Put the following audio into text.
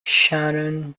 shannon